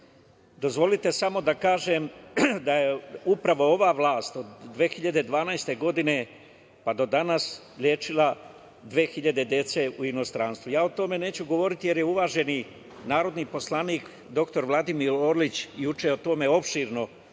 Dozvolite samo da kažem da je upravo ova vlast od 2012. godine do danas lečila 2000 dece u inostranstvu. Ja o tome neću govoriti, jer je uvaženi narodni poslanik dr Vladimir Orlić juče o tome opširno